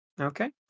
Okay